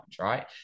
right